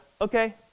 okay